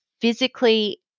physically